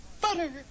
butter